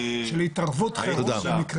של התערבות חירום.